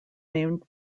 named